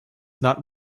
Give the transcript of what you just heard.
not